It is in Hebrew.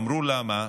הם אמרו: למה?